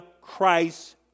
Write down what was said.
Christ